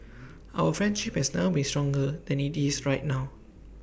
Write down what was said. our friendship has never been stronger than IT is right now